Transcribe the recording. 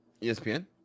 ESPN